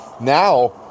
now